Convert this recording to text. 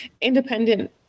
independent